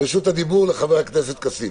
וזה טוב?